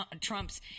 Trump's